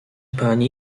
pani